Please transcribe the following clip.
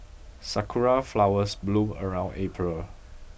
sakura flowers bloom around April